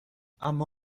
اما